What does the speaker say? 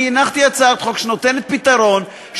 אני הנחתי הצעת חוק שנותנת פתרון,